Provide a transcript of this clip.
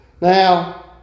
Now